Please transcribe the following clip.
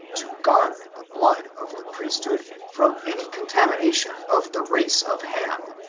to guard the blood of the priesthood from any contamination of the race of ham,